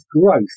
growth